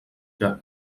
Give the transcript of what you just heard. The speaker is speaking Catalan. que